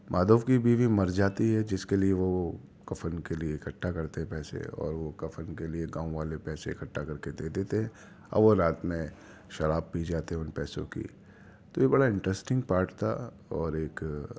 مادھو کی بیوی مر جاتی جس کے لیے وہ کفن کے لیے اکٹھا کرتے ہیں پیسے اور کفن کے لیے گاؤں والے پیسے اکٹھا کر کے دے دیتے ہیں اور وہ رات میں شراب پی جاتے ان پیسوں کی تو یہ بڑا انٹریسٹنگ پارٹ تھا اور ایک